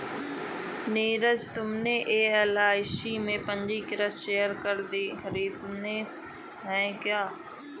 नीरज तुमने एल.आई.सी के पंजीकृत शेयर खरीदे हैं क्या?